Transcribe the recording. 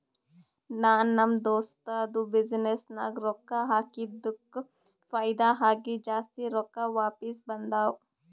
ನಾ ನಮ್ ದೋಸ್ತದು ಬಿಸಿನ್ನೆಸ್ ನಾಗ್ ರೊಕ್ಕಾ ಹಾಕಿದ್ದುಕ್ ಫೈದಾ ಆಗಿ ಜಾಸ್ತಿ ರೊಕ್ಕಾ ವಾಪಿಸ್ ಬಂದಾವ್